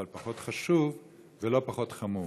אבל פחות חשוב ולא פחות חמור.